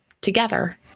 together